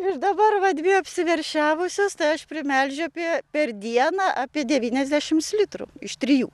ir dabar va dvi apsiveršiavusios tai aš primelžiu apie per dieną apie devyniasdešimt litrų iš trijų